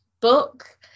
book